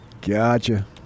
Gotcha